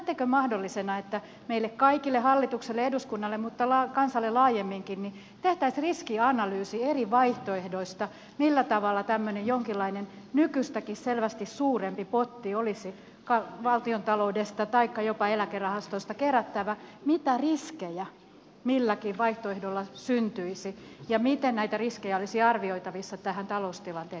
näettekö mahdollisena että meille kaikille hallitukselle eduskunnalle mutta kansalle laajemminkin tehtäisiin riskianalyysi eri vaihtoehdoista millä tavalla tämmöinen jonkinlainen nykyistäkin selvästi suurempi potti olisi valtiontaloudesta taikka jopa eläkerahastoista kerättävä mitä riskejä milläkin vaihtoehdolla syntyisi ja miten näitä riskejä olisi arvioitavissa tähän taloustilanteeseen nähden